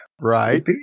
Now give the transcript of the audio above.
Right